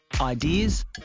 ideas